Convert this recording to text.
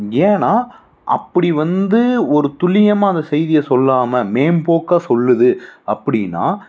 ஏன்னால் அப்படி வந்து ஒரு துல்லியமாக அந்த செய்தியை சொல்லாமல் மேம்போக்கா சொல்லுது அப்படின்னா